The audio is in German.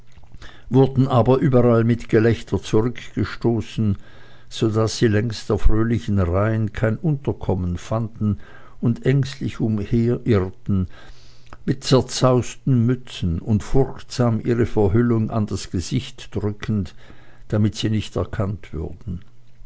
wurden aber überall mit gelächter zurückgestoßen so daß sie längs der fröhlichen reihen kein unterkommen fanden und ängstlich umherirrten mit zerzausten mützen und furchtsam ihre verhüllung an das gesicht drückend damit sie nicht erkannt würden